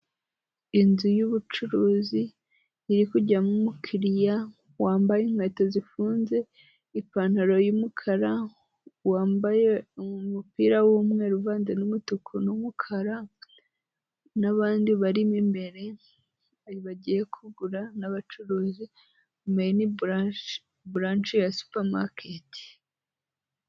Inzu y'ubucuruzi iri kujyamo umukiriya wambaye inkweto zifunze, ipantaro y'umukara, wambaye umupira w'umweru uvanze n'umutuku n'umukara n'abandi barimo imbere bagiye kugura n'abacuruzi, meyini buranshe, buranshe ya supamaketi.